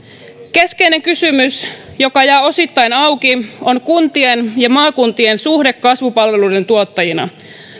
keskeinen kysymys joka jää osittain auki on kuntien ja maakuntien suhde kasvupalveluiden tuottajina